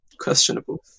Questionable